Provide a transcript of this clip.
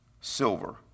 silver